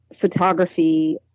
photography